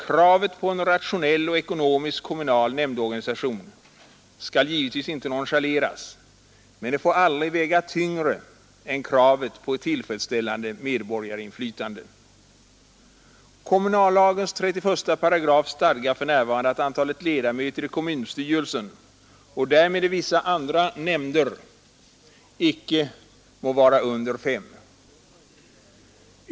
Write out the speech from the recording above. Kravet på en rationell och ekonomisk kommunal nämndorganisation skall givetvis inte noncha leras, men det får aldrig väga tyngre än kravet på ett tillfredsställande medborgarinflytande. Kommunallagens 31 § stadgar för närvarande att antalet ledamöter i kommunstyrelsen — och därmed i vissa andra nämnder — icke må vara under fem.